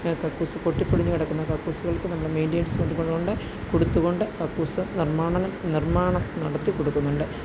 ചിലകക്കൂസ് പൊട്ടിപ്പൊളിഞ്ഞു കിടക്കുന്ന കക്കൂസുകൾക്ക് നമ്മൾ മെയിൻറ്റനൻസ് കൊടുക്കുന്നുണ്ട് കൊടുത്തുകൊണ്ട് കക്കൂസ് നിർമ്മാണനം നിർമ്മാണം നടത്തിക്കൊടുക്കുന്നുണ്ട്